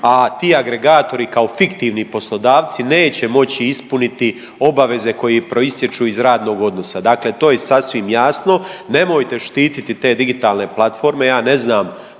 a ti agregatori kao fiktivni poslodavci neće moći ispuniti obaveze koje proistječu iz radnog odnosa. Dakle to je sasvim jasno. Nemojte štititi te digitalne platforme, ja ne znam